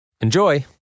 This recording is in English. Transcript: Enjoy